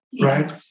right